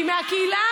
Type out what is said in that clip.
כי מהקהילה,